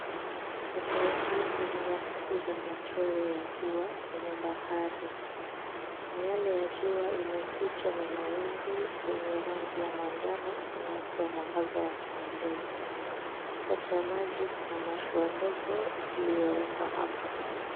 Sasa hivi ni nyakati za machweo ya jua kwenye bahari. Miale ya jua imefichwa na mawingu yenye rangi ya manjano inayotoa mwangaza wa kupendeza. Katikati ya maji kuna mashua ndogo iliyowekwa hapo.